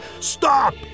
Stop